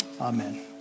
Amen